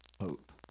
hope